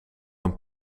een